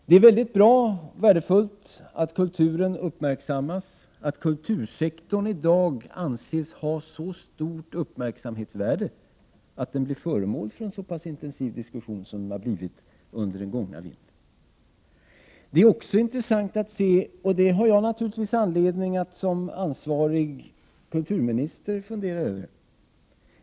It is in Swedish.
Det är mycket värdefullt att kulturen uppmärksammas och att kultursektorn i dag anses ha ett så stort uppmärksamhetsvärde att den blir föremål för en så pass intensiv diskussion som varit fallet under den gångna vintern. Det har jag naturligtvis anledning att som ansvarig kulturminister fundera över.